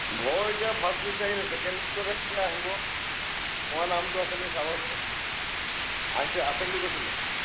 ঘৰ এতিয়া first list আহিলে ছেকেণ্ড লিষ্টত হে এতিয়া আহিব মোৰ নামটো আছে নেকি চাবাচোন আহিছে আছে বুলি কৈছিলে